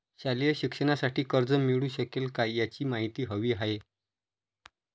शालेय शिक्षणासाठी कर्ज मिळू शकेल काय? याची माहिती हवी आहे